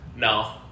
No